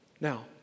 Now